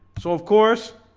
so of course